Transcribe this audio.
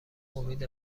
امید